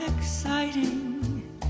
exciting